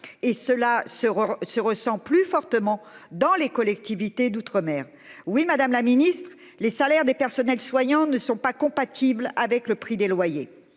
et cela se se ressent plus fortement dans les collectivités d'outre-mer oui Madame la Ministre les salaires des personnels soignants ne sont pas compatibles avec le prix des loyers